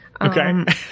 Okay